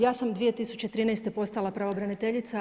Ja sam 2013. postala pravobraniteljica.